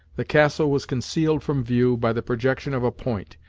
the castle was concealed from view by the projection of a point,